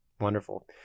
Wonderful